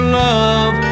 love